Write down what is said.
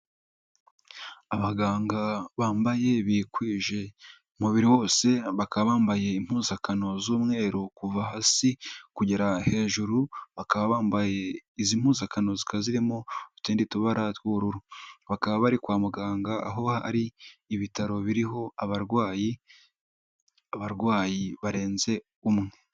Abaganga bambaye bikwije umubiri wose, bakaba bambaye impuzakano z'umweru, kuva hasi kugera hejuru, bakaba ba izi mpuzakano zika zirimo utundi tubara tw'ubururu, bakaba bari kwa muganga, aho ari ibitaro biriho abarwayi, abarwayi barenze umwe.